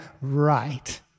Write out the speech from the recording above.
right